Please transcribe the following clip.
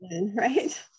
right